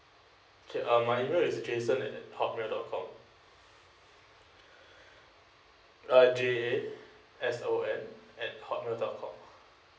okay um my email is jason at hotmail dot com uh J A S O N at hotmail dot com